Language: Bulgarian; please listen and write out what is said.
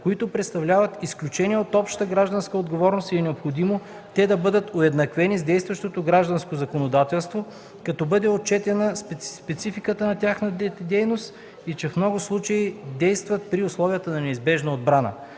които представляват изключение от общата гражданска отговорност и е необходимо те да бъдат уеднаквени с действащото гражданско законодателство, като бъде отчетена спецификата на тяхната дейност и че в много от случаите действат при условията на неизбежна отбрана.